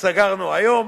שסגרנו היום,